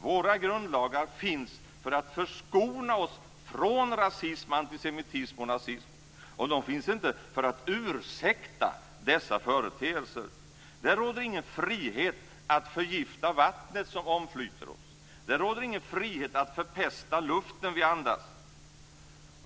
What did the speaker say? Våra grundlagar finns för att förskona oss från rasism, antisemitism och nazism. De finns inte för att ursäkta dessa företeelser. Det råder ingen frihet att förgifta vattnet som omflyter oss. Det råder ingen frihet att förpesta luften vi andas.